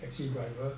taxi driver